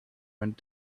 went